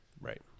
Right